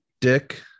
dick